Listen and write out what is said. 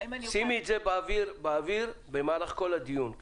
שימי את זה באוויר במהלך כל הדיון.